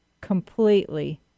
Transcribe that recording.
completely